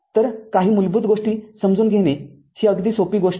तर काही मूलभूत गोष्टी समजून घेणे ही अगदी सोपी गोष्ट आहे